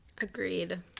agreed